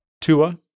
Tua